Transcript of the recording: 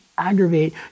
aggravate